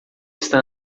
está